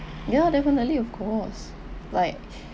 ya definitely of course like